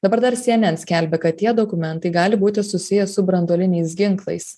dabar dar cnn skelbia kad tie dokumentai gali būti susiję su branduoliniais ginklais